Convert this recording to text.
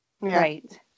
Right